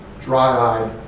dry-eyed